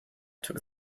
took